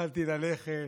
התחלתי ללכת,